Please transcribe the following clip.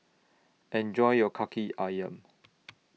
Enjoy your Kaki Ayam